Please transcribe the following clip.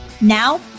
Now